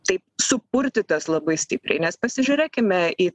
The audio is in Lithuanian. taip supurtytas labai stipriai nes pasižiūrėkime į